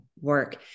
work